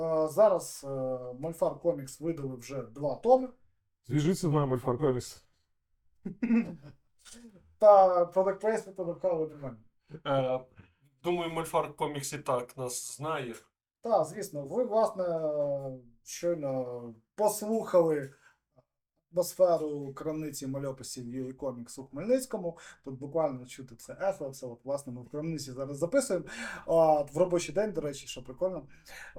А, зараз, е, Мольфар Комікс видали вже два томи. Зв'яжіться з нами, Мольфар Комікс. Та, product placement, product color, нормально. Е, думаю, Мольфар Комікс і так нас знає. Та, звісно, ви, власне, щойно послухали атмосферу у крамниці мальописів, її комікс у Хмельницькому. Тут буквально чути це ехо, це от, власне, ми в крамниці зараз записуємо. А, в робочий день, до речі, що прикольно.